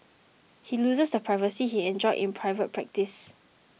he loses the privacy he enjoyed in private practice